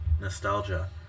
nostalgia